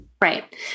Right